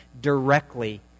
directly